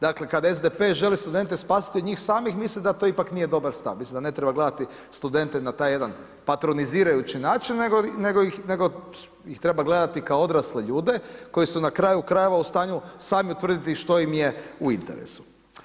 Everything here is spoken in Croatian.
Dakle kada SDP želi spasiti studente od njih samih mislim da to ipak nije dobar stav, mislim da ne treba gledati studente na taj jedan patronizirajući način nego ih treba gledati kao odrasle ljude koji su na kraju krajeva u stanju sami utvrditi što im je u interesu.